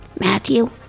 Matthew